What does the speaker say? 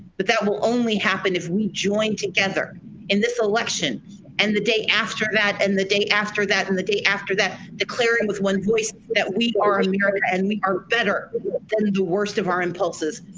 but that will only happen if we join together in this election and the day after that, and the day after that, and the day after that declaring with one voice that we are um here and we are better than the worst of our impulses.